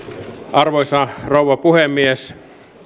arvoisa rouva puhemies